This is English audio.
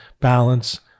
balance